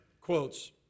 quotes